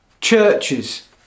churches